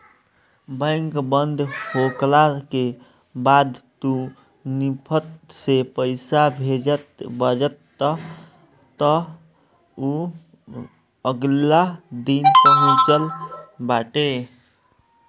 bank बंद होखला के बाद तू निफ्ट से पईसा भेजत बाटअ तअ उ अगिला दिने पहुँचत बाटे